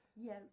Yes